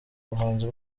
buhanzi